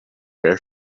bare